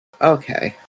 Okay